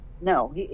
No